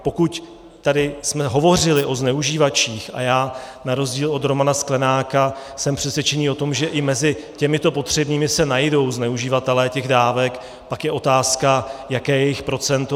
Pokud jsme tady hovořili o zneužívačích a já na rozdíl od Romana Sklenáka jsem přesvědčen o tom, že i mezi těmito potřebnými se najdou zneužívatelé těch dávek, pak je otázka, jaké je jejich procento.